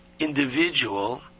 individual